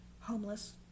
homeless